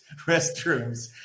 restrooms